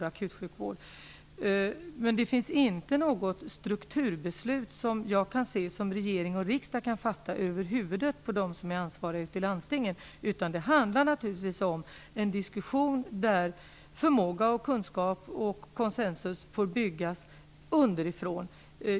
Det finns dock såvitt jag kan se inte några strukturbeslut som regering och riksdag kan fatta över huvudet på dem som är ansvariga ute i landstinget, utan det handlar naturligtvis om en diskussion där förmåga, kunskap och konsensus får byggas upp underifrån.